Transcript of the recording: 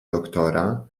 doktora